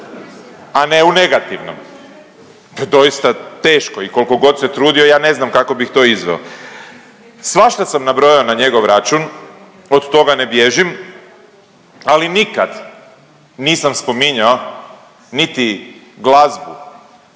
a ne u negativnom. To je doista teško i koliko god se trudio ja ne znam kako bih to izveo. Svašta sam nabrojao na njegov račun, od toga ne bježim ali nikad nisam spominjao niti glazbu